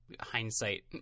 hindsight